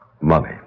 Money